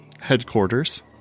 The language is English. headquarters